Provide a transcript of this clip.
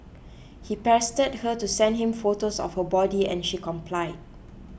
he pestered her to send him photos of her body and she complied